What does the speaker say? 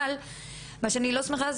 אבל מה שאני לא שמחה,